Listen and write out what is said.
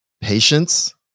patience